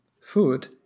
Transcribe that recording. food